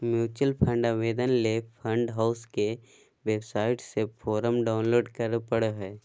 mutual fund आवेदन ले fund house के वेबसाइट से फोरम डाऊनलोड करें परो हय